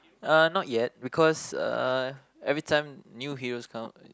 uh not yet because uh every time new heroes come out